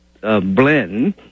blend